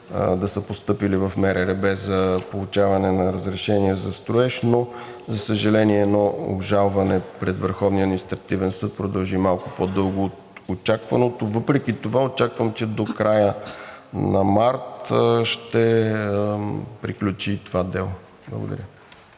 да са постъпили в МРРБ за получаване на разрешение за строеж, но за съжаление, едно обжалване пред Върховния административен съд продължи малко по-дълго от очакваното. Въпреки това очаквам, че до края на март ще приключи и това дело. Благодаря.